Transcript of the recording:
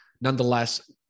nonetheless